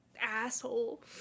asshole